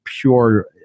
pure